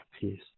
peace